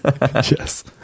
Yes